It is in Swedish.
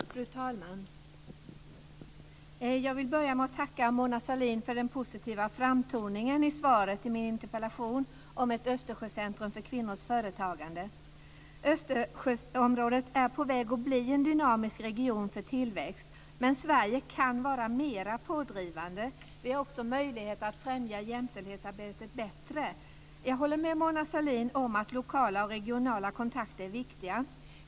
Fru talman! Jag vill börja med att tacka Mona Sahlin för den positiva framtoningen i svaret på min interpellation om ett Östersjöcentrum för kvinnors företagande. Östersjöområdet är på väg att bli en dynamisk region för tillväxt. Men Sverige kan vara mer pådrivande. Vi har också möjlighet att främja jämställdhetsarbetet bättre. Jag håller med Mona Sahlin om att lokala och regionala kontakter är viktiga.